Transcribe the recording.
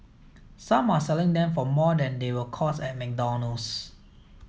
some are selling them for more than they will cost at McDonald's